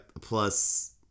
plus